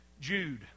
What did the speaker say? Jude